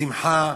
בשמחה,